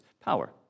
power